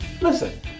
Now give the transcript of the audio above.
listen